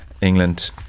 England